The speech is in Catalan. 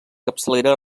capçalera